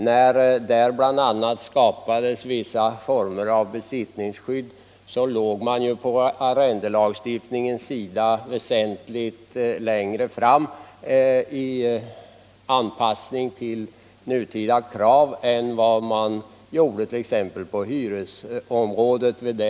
När den bl.a. skapade vissa former av besittningsskydd låg man på arrendelagstiftningens område väsentligt längre fram i anpassningen till nutida krav än vad man vid den tidpunkten gjorde på hyresområdet.